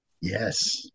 Yes